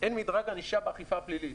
אין מדרג ענישה באכיפה הפלילית.